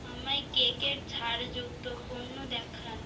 আমায় কেকের ছাড়যুক্ত পণ্য দেখান